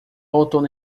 outono